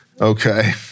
okay